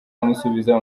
amusubiza